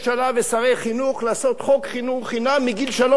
ושרי חינוך לעשות חוק חינוך חינם מגיל שלוש,